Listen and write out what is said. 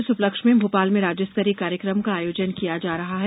इस उपलक्ष में भोपाल में राज्य स्तरीय कार्यकम का आयोजन किया जा रहा है